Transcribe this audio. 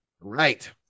Right